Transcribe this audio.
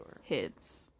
hits